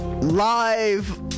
Live